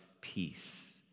peace